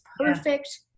perfect